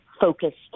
focused